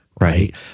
Right